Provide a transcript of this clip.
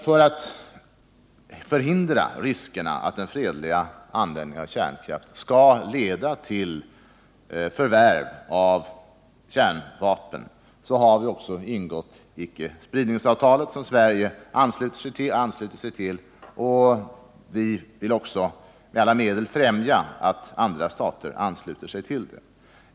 För att förhindra att den fredliga användningen av kärnkraft skall leda till förvärv av kärnvapen har Sverige anslutit sig till icke-spridningsavtalet, och vi vill med alla medel främja också andra parters anslutning till detta.